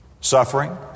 Suffering